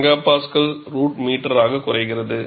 8 MPa √m ஆக குறைகிறது